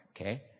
okay